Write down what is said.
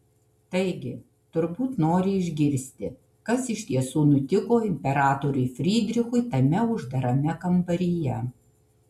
taigi turbūt nori išgirsti kas iš tiesų nutiko imperatoriui frydrichui tame uždarame kambaryje